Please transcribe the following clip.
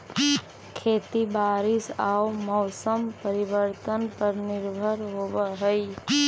खेती बारिश आऊ मौसम परिवर्तन पर निर्भर होव हई